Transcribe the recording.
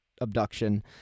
abduction